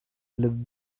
let